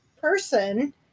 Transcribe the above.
person